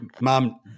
mom